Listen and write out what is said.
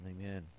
Amen